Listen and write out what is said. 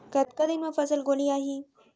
कतका दिन म फसल गोलियाही?